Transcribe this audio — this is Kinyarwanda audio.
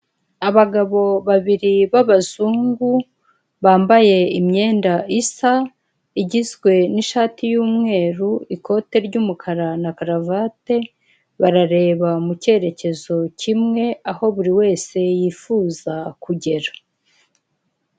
Abagabo babiri b'abazungu, bambaye imyenda isa, igizwe n'ishati y'umweru, ikote ry'umukara, na karavate, barareba mu cyerekezo kimwe, aho buri wese yifuza kugera.